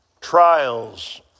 trials